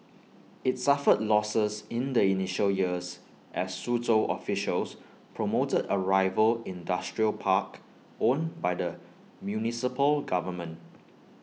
IT suffered losses in the initial years as Suzhou officials promoted A rival industrial park owned by the municipal government